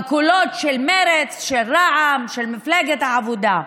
בקולות של מרצ, של רע"מ, של מפלגת העבודה.